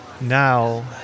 now